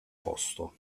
posto